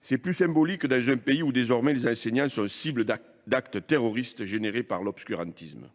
C'est plus symbolique que dans un pays où désormais les enseignants sont cible d'actes terroristes générés par l'obscurantisme.